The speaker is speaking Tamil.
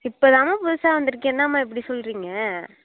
இப்போதான்ம்மா புதுசாக வந்திருக்கு என்னாமா இப்படி சொல்கிறீங்க